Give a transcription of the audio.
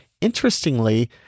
Interestingly